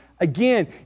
Again